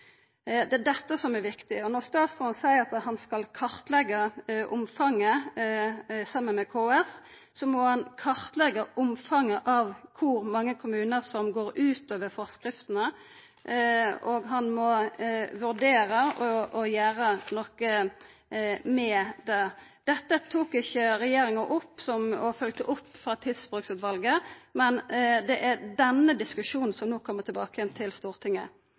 Det er dette som er viktig. Når statsråden seier at han skal kartleggja omfanget saman med KS, må han kartleggja omfanget av kor mange kommunar som går utover forskriftene, og han må vurdera å gjera noko med det. Dette følgde ikkje regjeringa opp frå Tidsbrukutvalet, men det er denne diskusjonen som no kjem tilbake igjen til Stortinget.